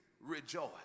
rejoice